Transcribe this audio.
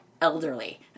elderly